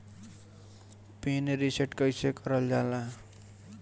Pin reset कईसे करल जाला?